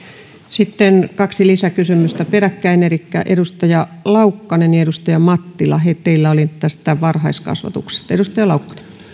sitten kaksi lisäkysymystä peräkkäin edustaja laukkanen ja edustaja mattila teillä oli tästä varhaiskasvatuksesta